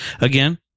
Again